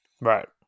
Right